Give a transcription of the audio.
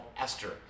Esther